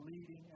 leading